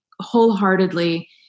wholeheartedly